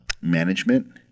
management